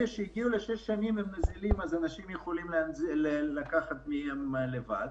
אלה שהגיעו לשש שנים יכולים לקחת מהקרן לבד,